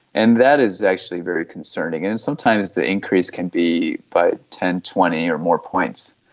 and that is actually very concerning, and and sometimes the increase can be by ten, twenty or more points.